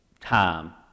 time